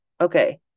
Okay